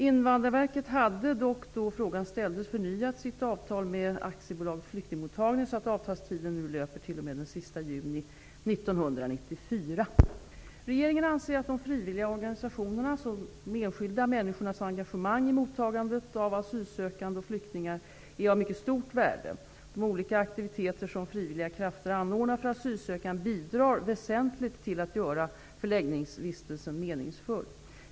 Invandrarverket hade dock då frågan ställdes förnyat sitt avtal med AB Flyktingmottagning så att avtalstiden nu löper t.o.m. den sista juni 1994. Regeringen anser att de frivilliga organisationernas och de enskilda människornas engagemang i mottagandet av asylsökande och flyktingar är av mycket stort värde. De olika aktiviteter som frivilliga krafter anordnar för asylsökande bidrar väsentligt till att göra förläggningsvistelsen meningsfull.